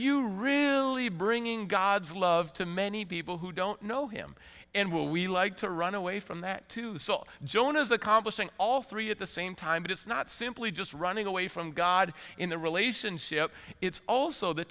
you really bringing god's love to many people who don't know him and will we like to run away from that too so joan is accomplishing all three at the same time it's not simply just running away from god in the relationship it's also the